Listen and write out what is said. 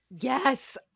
Yes